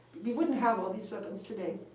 we wouldn't have all these weapons today.